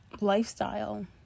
lifestyle